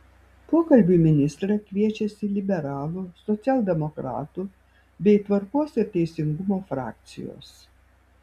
pokalbiui ministrą kviečiasi liberalų socialdemokratų bei tvarkos ir teisingumo frakcijos